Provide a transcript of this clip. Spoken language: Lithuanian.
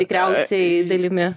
tikriausiai dalimi